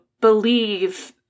believe